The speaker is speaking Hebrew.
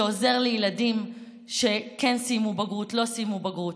שעוזר לילדים שכן סיימו בגרות או לא סיימו בגרות.